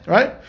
Right